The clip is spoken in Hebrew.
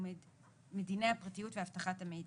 ומדיני הפרטיות ואבטחת המידע.